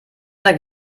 einer